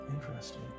Interesting